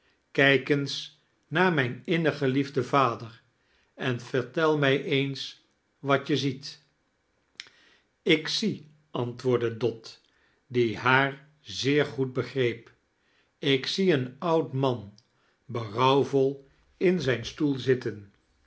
kijk eens naar mijai innig geliefden vader en vertel mij eens wat je ziet ik zie antwoordde dot die haar zeer goed begreep ik zie eea oud man berouwvol in zijn steel zitten